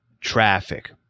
traffic